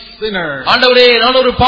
sinner